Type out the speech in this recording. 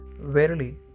Verily